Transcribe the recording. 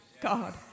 God